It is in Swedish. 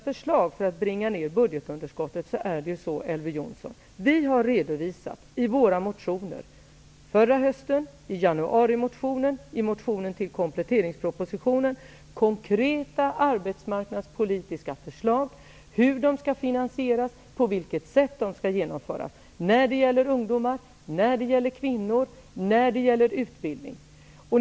För att bringa ner budgetunderskottet har vi i våra motioner förra hösten, i januarimotionen och i motionen till kompletteringspropositionen redovisat konkreta arbetsmarknadspolitiska förslag när det gäller ungdomar, kvinnor och utbildning, hur de skall finansieras och på vilket sätt de skall genomföras.